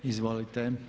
Izvolite.